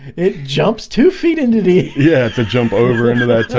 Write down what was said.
it jumps two feet into these yeah to jump over into that tote.